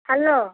hello